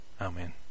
Amen